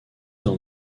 dans